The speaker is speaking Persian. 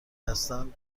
هستن